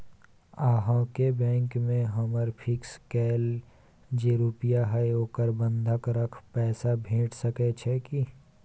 अहाँके बैंक में हमर फिक्स कैल जे रुपिया हय ओकरा बंधक रख पैसा भेट सकै छै कि?